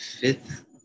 fifth